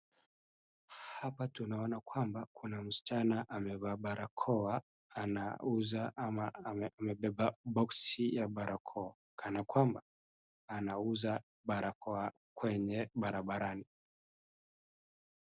Hapa tunaona kwamba kuna msichana amevaa barakoa anauza ama amebeba boksi ya barakoa kana kwamba anauza barakoa kwenye barabarani.